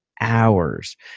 hours